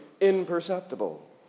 imperceptible